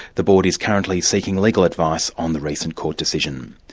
the board is currently seeking legal advice on the recent court decision.